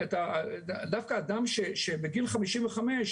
דווקא אדם שבגיל 55,